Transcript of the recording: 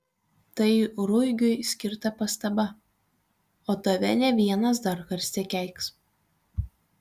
tai ruigiui skirta pastaba o tave ne vienas dar karste keiks